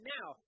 Now